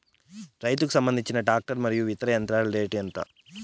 రైతుకు సంబంధించిన టాక్టర్ మరియు ఇతర యంత్రాల రేటు ఎంత?